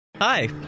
Hi